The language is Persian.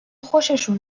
خوششون